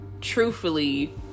truthfully